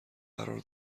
قرار